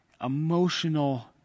emotional